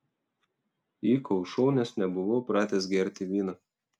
įkaušau nes nebuvau pratęs gerti vyno